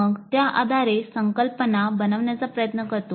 मग त्या आधारे संकल्पना बनवण्याचा प्रयत्न करतो